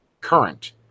current